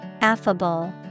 Affable